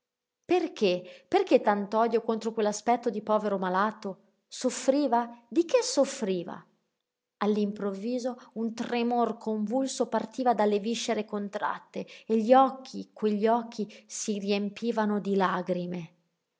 perché perché tant'odio contro quell'aspetto di povero malato soffriva di che soffriva all'improvviso un tremor convulso partiva dalle viscere contratte e gli occhi quegli occhi si riempivano di lagrime